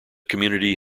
community